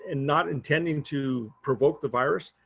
and not intending to provoke the virus,